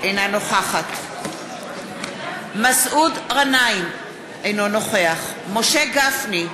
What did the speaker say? אינה נוכחת מסעוד גנאים, אינו נוכח משה גפני,